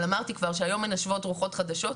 אבל אמרתי כבר שהיום מנשבות רוחות חדשות,